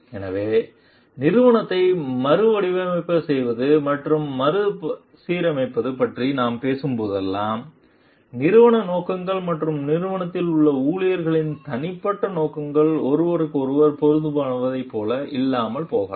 எனவே நிறுவனத்தை மறுவடிவமைப்பு செய்வது மற்றும் மறுசீரமைப்பது பற்றி நாம் பேசும் போதெல்லாம் நிறுவன நோக்கங்கள் மற்றும் நிறுவனத்தில் உள்ள ஊழியர்களின் தனிப்பட்ட நோக்கங்கள் ஒருவருக்கொருவர் பொருந்துவதைப் போல இல்லாமல் போகலாம்